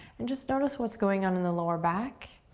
and just notice what's going on in the lower back.